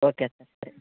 okay sir ಸರಿ